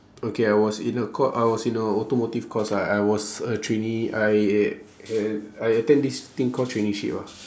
okay I was in a cour~ I was in a automotive course lah I was a trainee I I attend this thing call traineeship ah